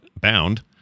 Bound